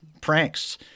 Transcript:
pranks